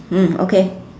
mm okay